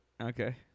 Okay